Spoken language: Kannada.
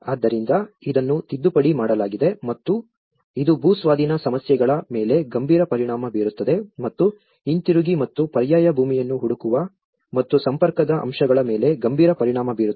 ಆದ್ದರಿಂದ ಇದನ್ನು ತಿದ್ದುಪಡಿ ಮಾಡಲಾಗಿದೆ ಮತ್ತು ಇದು ಭೂಸ್ವಾಧೀನ ಸಮಸ್ಯೆಗಳ ಮೇಲೆ ಗಂಭೀರ ಪರಿಣಾಮ ಬೀರುತ್ತದೆ ಮತ್ತು ಹಿಂತಿರುಗಿ ಮತ್ತು ಪರ್ಯಾಯ ಭೂಮಿಯನ್ನು ಹುಡುಕುವ ಮತ್ತು ಸಂಪರ್ಕದ ಅಂಶಗಳ ಮೇಲೆ ಗಂಭೀರ ಪರಿಣಾಮ ಬೀರುತ್ತದೆ